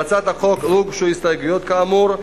להצעת החוק לא הוגשו הסתייגויות, כאמור.